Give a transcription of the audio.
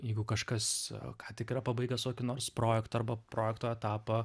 jeigu kažkas ką tik yra pabaigęs kokį nors projektą arba projekto etapą